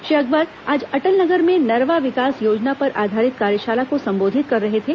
श्री अकबर आज अटल नगर में नरवा विकास योजना पर आधारित कार्यशाला को सम्बोधित कर रहे थे